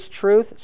truth